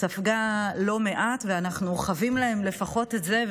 וספגה לא מעט, ואנחנו חבים להם לפחות את זה.